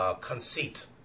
conceit